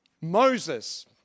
Moses